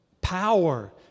power